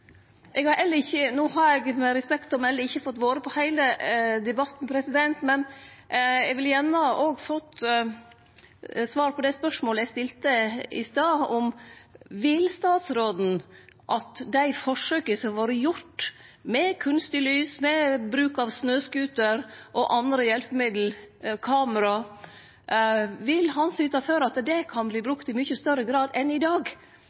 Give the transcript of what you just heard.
eg med respekt å melde ikkje fått vore på heile debatten, men eg vil gjerne få svar på det spørsmålet eg stilte i stad: Vil statsråden syte for at dei forsøka som har vore gjorde med kunstig lys, med bruk av snøscooter og andre hjelpemiddel som kamera, vert brukte i større grad enn i dag,